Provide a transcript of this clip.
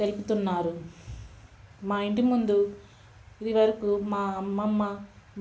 తెలుపుతున్నారు మా ఇంటి ముందు ఇదివరకు మా అమ్మమ్మ